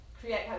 create